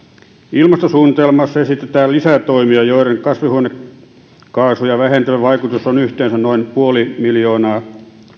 ilmastosuunnitelmassa esitetään lisätoimia joiden kasvihuonekaasuja vähentävä vaikutus on yhteensä noin puoli miljoonaa